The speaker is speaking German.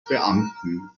beamten